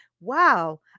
wow